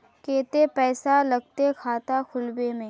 केते पैसा लगते खाता खुलबे में?